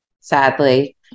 sadly